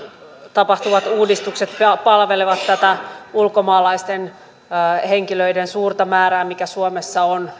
tapahtuvat uudistukset palvelevat nykyistä paremmin tätä ulkomaalaisten henkilöiden suurta määrää mikä suomessa on